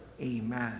Amen